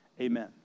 amen